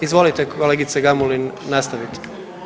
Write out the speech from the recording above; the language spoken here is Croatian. Izvolite kolegice Gamulin nastavite.